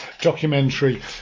documentary